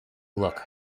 look